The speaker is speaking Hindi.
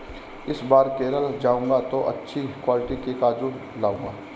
इस बार केरल जाऊंगा तो अच्छी क्वालिटी के काजू लाऊंगा